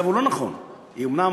אדוני